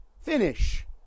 finish